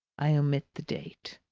i omit the date.